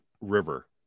river